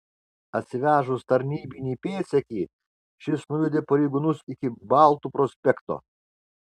atsivežus tarnybinį pėdsekį šis nuvedė pareigūnus iki baltų prospekto